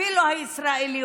אפילו הישראלי,